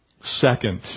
Second